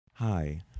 Hi